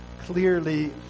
clearly